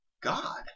God